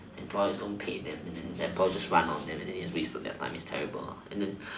and employers don't paid them then employers just run just wait for their money it's terrible and then